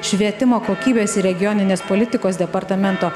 švietimo kokybės ir regioninės politikos departamento